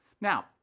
Now